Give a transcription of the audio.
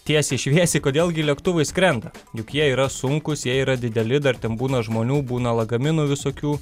tiesiai šviesiai kodėl gi lėktuvai skrenda juk jie yra sunkūs jie yra dideli dar ten būna žmonių būna lagaminų visokių